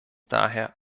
daher